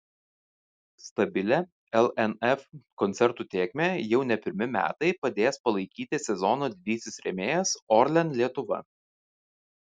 stabilią lnf koncertų tėkmę jau ne pirmi metai padės palaikyti sezono didysis rėmėjas orlen lietuva